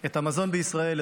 את המזון בישראל,